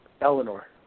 Eleanor